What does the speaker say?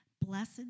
Blessed